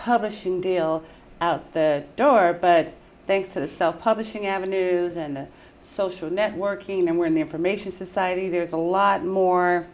publishing deal out door but thanks to the self publishing avenues and social networking and we're in the information society there's a lot more